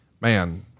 man